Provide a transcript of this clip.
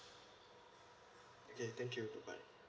okay thank you bye